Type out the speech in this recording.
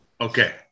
Okay